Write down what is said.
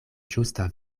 ĝusta